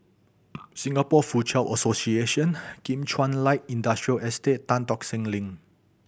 Singapore Foochow Association Kim Chuan Light Industrial Estate Tan Tock Seng Link